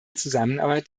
zusammenarbeit